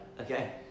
Okay